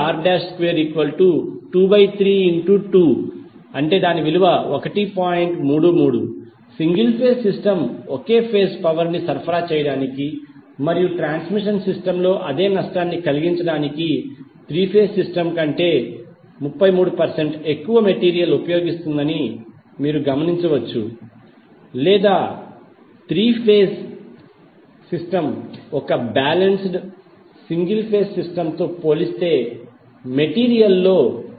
33 single phase system ఒకే phase power ని సరఫరా చేయడానికి మరియు ట్రాన్స్మిషన్ సిస్టమ్ లో అదే నష్టాన్ని కలిగించడానికి త్రీ ఫేజ్ సిస్టమ్ కంటే 33 పర్సెంట్ ఎక్కువ మెటీరీయల్ ఉపయోగిస్తుందని మీరు గమనించవచ్చు లేదా త్రీ ఫేజ్ సిస్టమ్ ఒక బాలెన్స్డ్ సింగిల్ ఫేజ్ సిస్టమ్తో పోలిస్తే మెటీరీయల్ లో